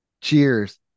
Cheers